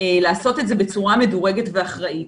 לעשות את זה בצורה מדורגת ואחראית.